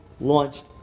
launched